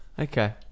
Okay